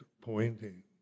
pointing